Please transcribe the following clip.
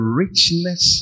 richness